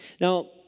Now